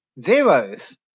Zeros